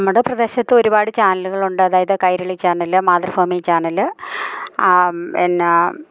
നമ്മുടെ പ്രദേശത്ത് ഒരുപാട് ചാനലുകൾ ഉണ്ട് അതായത് കൈരളി ചാനല് മാതൃഭൂമി ചാനല് എന്നാ